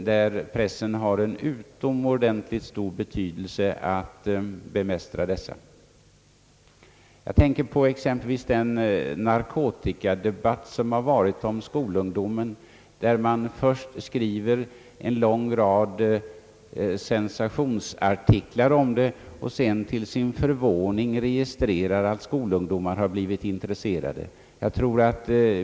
Jag tänker även på den aktuella debatten om skolungdomen och narkotikamissbruket. Först skriver man en lång rad sensationsartiklar och registrerar sedan till sin förvåning, att skolungdomar har blivit intresserade.